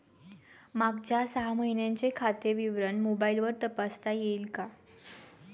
मागच्या सहा महिन्यांचे खाते विवरण मोबाइलवर तपासता येईल का?